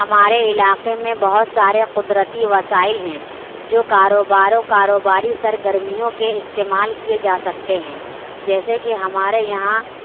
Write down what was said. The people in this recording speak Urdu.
ہمارے علاقے میں بہت سارے قدرتی وسائل ہیں جو کاروباروں کاروباری سرگرمیوں کے استعمال کیے جا سکتے ہیں جیسے کہ ہمارے یہاں